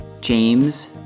James